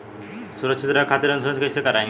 सुरक्षित रहे खातीर इन्शुरन्स कईसे करायी?